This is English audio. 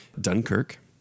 Dunkirk